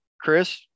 Chris